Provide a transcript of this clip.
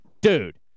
dude